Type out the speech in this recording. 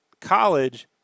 college